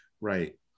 Right